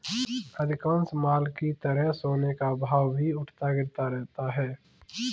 अधिकांश माल की तरह सोने का भाव भी उठता गिरता रहता है